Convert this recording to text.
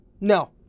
No